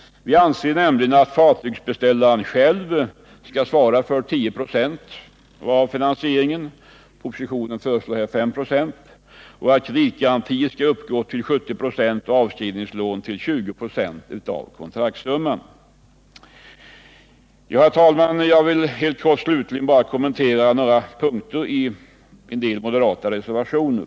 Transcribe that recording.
Vi anser att fartygsbeställaren själv skall svara för 10 96 av finansieringen — i propositionen föreslås 5 96 — och att kreditgarantier skall uppgå till 70 96 och avskrivningslån till 20 96 av kontraktssumman. Herr talman! Jag vill slutligen helt kort kommentera några punkter där det föreligger moderata reservationer.